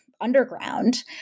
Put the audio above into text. underground